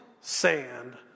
sand